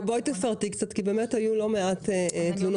תפרטי קצת, כי באמת היו לא מעט תלונות.